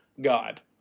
God